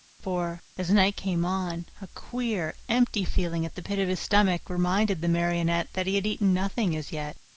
for, as night came on, a queer, empty feeling at the pit of his stomach reminded the marionette that he had eaten nothing as yet.